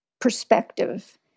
perspective